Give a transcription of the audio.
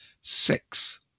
six